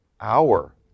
hour